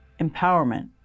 empowerment